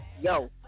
yo